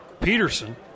Peterson